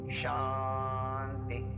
shanti